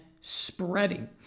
spreading